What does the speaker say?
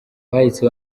bahise